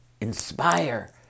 inspire